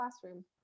classroom